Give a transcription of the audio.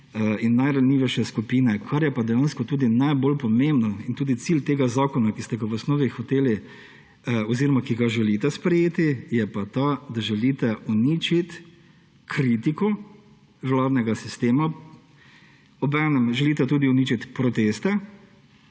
in najranljivejše skupine. Kar je pa dejansko tudi najbolj pomembno in tudi cilj tega zakona, ki ste ga v osnovi hoteli oziroma ki ga želite sprejeti, je pa ta, da želite uničiti kritiko vladnega sistema. Obenem želite tudi uničiti proteste,